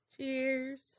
Cheers